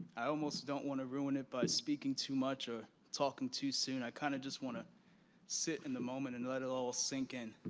i almost don't want to ruin it by speaking too much or talking to soon. i kind of just want to sit in the moment and let it all sink in.